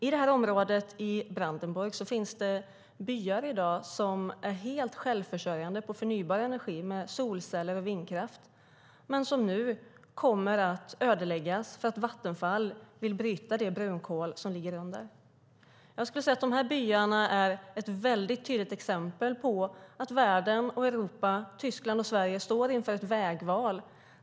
I det här området i Brandenburg finns det i dag byar som är helt självförsörjande på förnybar energi med solceller och vindkraft men som nu kommer att ödeläggas därför att Vattenfall vill bryta det brunkol som ligger under. Jag skulle säga att de här byarna är ett väldigt tydligt exempel på att världen och Europa, Tyskland och Sverige, står inför ett vägval.